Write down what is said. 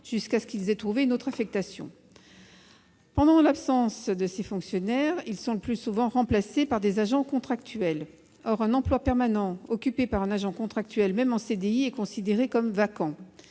jusqu'à ce qu'ils aient trouvé une nouvelle affectation. Pendant leur absence, ces fonctionnaires sont le plus souvent remplacés par des agents contractuels. Or un emploi permanent occupé par un agent contractuel, même en contrat